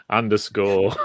underscore